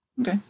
Okay